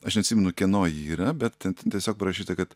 aš neatsimenu kieno ji yra bet tiesiog parašyta kad